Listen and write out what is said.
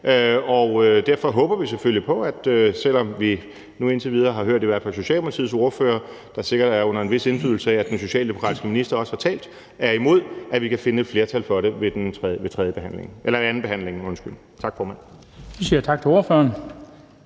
og derfor håber vi selvfølgelig på – selv om vi indtil videre har hørt, at i hvert fald Socialdemokratiets ordfører, der sikkert er under en vis indflydelse af, at den socialdemokratiske minister også har talt, er imod – at vi kan finde et flertal for det ved anden og sidste behandling. Tak formand. Kl. 18:43 Den fg. formand